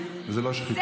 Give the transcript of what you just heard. בבקשה.